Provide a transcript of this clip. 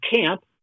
camp